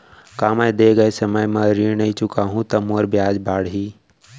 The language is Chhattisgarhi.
का मैं दे गए समय म ऋण नई चुकाहूँ त मोर ब्याज बाड़ही?